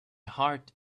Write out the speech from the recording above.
heart